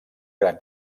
gran